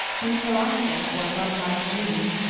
in philaster, or love lies bleeding,